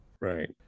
Right